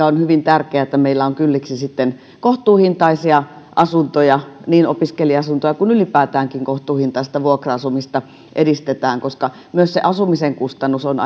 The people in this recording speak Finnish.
on hyvin tärkeää että meillä on kylliksi kohtuuhintaisia asuntoja että niin opiskelija asuntoja kuin ylipäätäänkin kohtuuhintaista vuokra asumista edistetään koska asumisen kustannus on